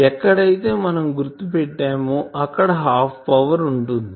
ఎక్కడ అయితే మనం గుర్తు పెట్టామో అక్కడ హాఫ్ పవర్ ఉంటుంది